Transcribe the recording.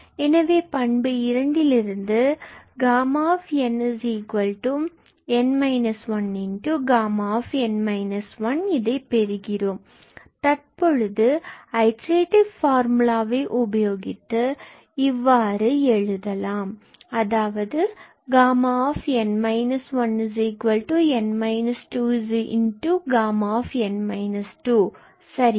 எனவே பண்பு இரண்டிலிருந்து Γ𝑛𝑛−1Γ𝑛−1 இதை பெறுகிறோம் தற்பொழுது ஐட்ரேடிவ் ஃபார்முலாவை உபயோகித்து இவ்வாறு Γ𝑛−1𝑛−2Γ𝑛−2 எழுதலாம் சரியா